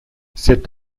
cet